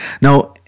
Now